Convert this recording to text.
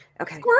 Okay